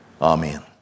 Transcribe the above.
amen